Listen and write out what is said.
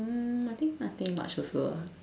um I think nothing much also ah